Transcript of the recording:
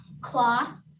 cloth